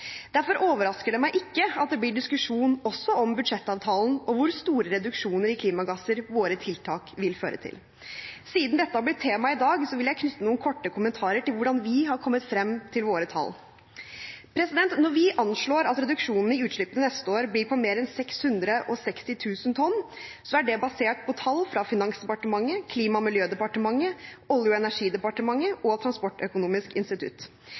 Derfor overrasker det meg ikke at det blir diskusjon også om budsjettavtalen og hvor store reduksjoner i klimagasser våre tiltak vil føre til. Siden dette har blitt et tema i dag, vil jeg knytte noen korte kommentarer til hvordan vi har kommet frem til våre tall. Når vi anslår at reduksjonen i utslippene neste år blir på mer enn 660 000 tonn, er det basert på tall fra Finansdepartementet, Klima- og miljødepartementet, Olje- og energidepartementet og Transportøkonomisk institutt.